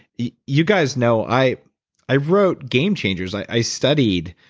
you you guys know i i wrote game changers. i studied